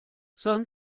san